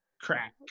crack